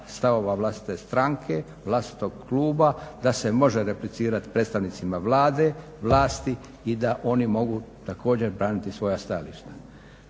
stavova vlastite stranke, vlastitog kluba, da se može replicirati predstavnicima Vlade, vlasti i da oni mogu također braniti svoja stajališta.